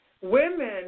Women